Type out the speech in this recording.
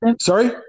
Sorry